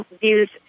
views